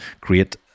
create